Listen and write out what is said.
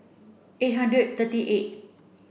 eight hundred thirty eight